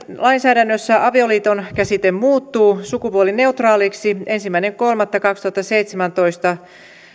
lainsäädännössä avioliiton käsite muuttuu sukupuolineutraaliksi ensimmäinen kolmatta kaksituhattaseitsemäntoista